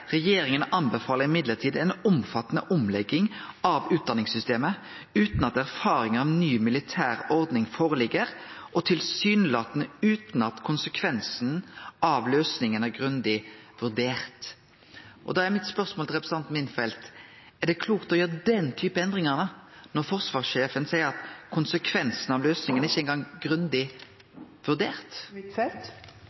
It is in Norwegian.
regjeringa la fram forslag om å endre på utdanningsreforma: «Min anbefaling var å vente med strukturelle endringer Han seier også: «Regjeringen anbefaler imidlertid en omfattende omlegging av utdanningssystemet uten at erfaringer av ny militær ordning foreligger og tilsynelatende uten at konsekvensen av løsningen er grundig vurdert.» Da er spørsmålet mitt til representanten Huitfeldt: Er det klokt å gjere den typen endringar når forsvarssjefen seier at konsekvensane av